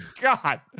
God